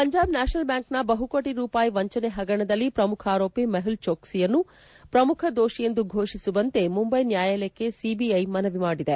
Punjab national ಬ್ಯಾಂಕ್ನ ಬಹುಕೋಟಿ ರೂಪಾಯಿ ವಂಚನೆ ಪಗರಣದಲ್ಲಿ ಪ್ರಮುಖ ಆರೋಪಿ ಮೆಹುಲ್ ಛೋಶ್ಕಿಯನ್ನು ಪ್ರಮುಖ ದೋಷಿಯೆಂದು ಘೋಷಿಸುವಂತೆ ಮುಂಬೈ ನ್ಯಾಯಾಲಯಕ್ಕೆ ಸಿಬಿಐ ಮನವಿ ಮಾಡಿದೆ